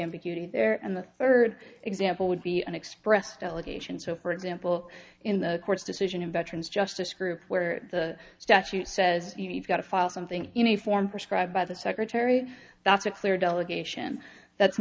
ambiguity there and the third example would be an expressed delegation so for example in the court's decision in veterans justice group where the statute says you need got to file something in a form prescribed by the secretary that's a clear delegation that's